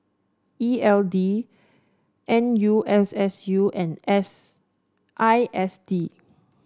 E L D N U S S U and S I S D